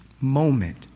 moment